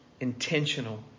intentional